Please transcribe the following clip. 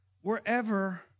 wherever